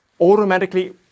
automatically